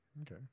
Okay